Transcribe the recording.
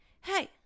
hey